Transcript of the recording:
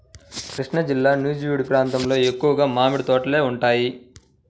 కృష్ణాజిల్లా నూజివీడు ప్రాంతంలో ఎక్కువగా మామిడి తోటలే ఉంటాయి